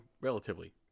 relatively